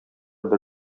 бер